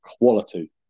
quality